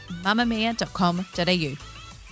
mamamia.com.au